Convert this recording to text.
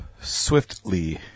Swiftly